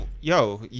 Yo